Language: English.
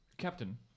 Captain